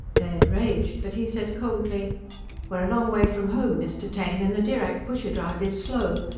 baird raged. but he said coldly we're a long way from home, mr. taine, and the dirac pusher drive is slow.